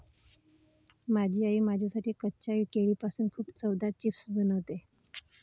माझी आई माझ्यासाठी कच्च्या केळीपासून खूप चवदार चिप्स बनवते